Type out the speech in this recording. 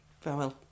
Farewell